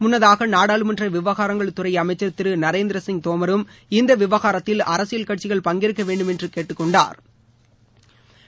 முன்னதாக நாடாளுமன்ற விவகாரங்கள் துறை அமைச்சர் திரு நரேந்திரசிங் தோமரும் இந்த விவகாரத்தில் அரசியல் கட்சிகள் பங்கேற்க வேண்டுமென்று கேட்டுக் கொண்டாா்